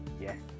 Yes